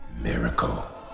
miracle